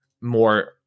more